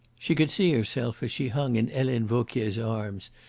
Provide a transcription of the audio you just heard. she could see herself as she hung in helene vauquier's arms,